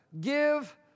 give